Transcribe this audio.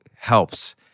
helps